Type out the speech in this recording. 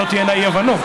שלא תהיינה אי-הבנות,